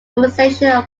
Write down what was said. immunization